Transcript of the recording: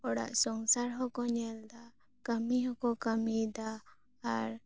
ᱚᱲᱟᱜ ᱥᱚᱝᱥᱟᱨ ᱦᱚᱸᱠᱚ ᱧᱮᱞ ᱫᱟ ᱠᱟ ᱢᱤ ᱦᱚᱠᱚ ᱠᱟ ᱢᱤᱭᱮᱫᱟ ᱟᱨ